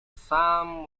sum